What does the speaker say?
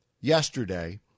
yesterday